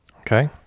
Okay